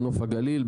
בנוף הגליל,